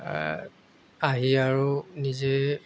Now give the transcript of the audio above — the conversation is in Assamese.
আহি আৰু নিজে